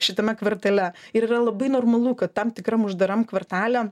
šitame kvartale ir yra labai normalu kad tam tikram uždaram kvartale